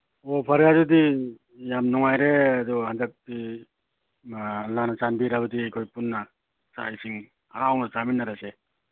ꯑꯣ ꯐꯔꯦ ꯑꯗꯨꯗꯤ ꯌꯥꯝ ꯅꯨꯡꯉꯥꯏꯔꯦ ꯑꯗꯨ ꯍꯟꯗꯛꯇꯤ ꯑꯂꯥꯍꯅ ꯆꯥꯟꯕꯤꯔꯕꯗꯤ ꯑꯩꯈꯣꯏꯅ ꯄꯨꯟꯅ ꯆꯥꯛ ꯏꯁꯤꯡ ꯍꯔꯥꯎꯅ ꯆꯥꯃꯤꯟꯅꯔꯁꯤ